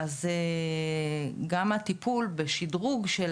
אז ג הטיפול בשדרוג של